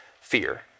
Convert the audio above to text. fear